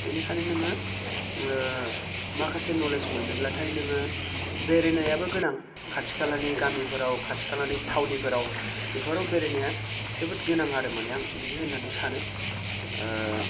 बेनिखायनो नोङो माखासे नलेज मोनोब्लाथाय नोङो बेरायनायाबो गोनां खाथि खालानि गामिफोराव खाथि खालानि थावनिफोराव बेफोराव बेरायनाया जोबोद गोनां आरो माने आं बिदि होननानै सानो